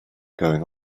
going